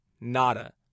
nada